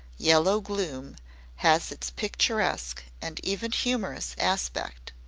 yellow gloom has its picturesque and even humorous aspect.